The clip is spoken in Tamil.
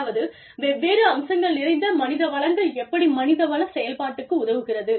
அதாவது வெவ்வேறு அம்சங்கள் நிறைந்த மனித வளங்கள் எப்படி மனித வள செயல்பாட்டுக்கு உதவுகிறது